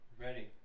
Ready